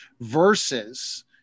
versus